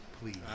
Please